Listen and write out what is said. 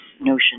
notion